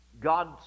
God